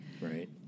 Right